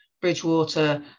bridgewater